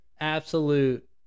absolute